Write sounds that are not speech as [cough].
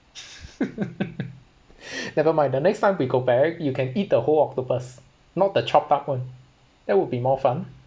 [laughs] never mind the next time we go back you can eat the whole octopus not the chopped part [one] that will be more fun